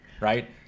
right